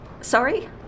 Sorry